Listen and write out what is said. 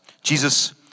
Jesus